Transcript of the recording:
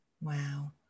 wow